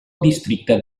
districte